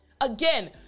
again